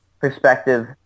perspective